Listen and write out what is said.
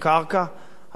על גזל של אדמה פרטית?